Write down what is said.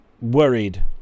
worried